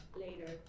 later